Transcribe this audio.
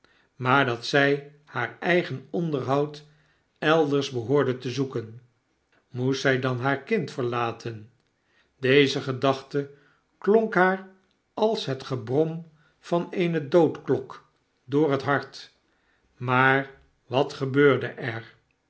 maar dat zy haar eigen onderhoud elders behoorde te zoeken moest zij dan haar kind verlaten deze gedachte klonk haar als het gebrom van eene doodklok door het hart maar wat gebeurde er